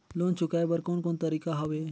Loan चुकाए बर कोन कोन तरीका हवे?